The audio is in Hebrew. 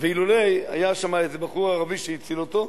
ואילולא היה שם איזה בחור ערבי שהציל אותו,